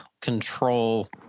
control